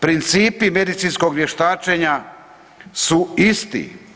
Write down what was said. Principi medicinskog vještačenja su isti.